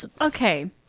Okay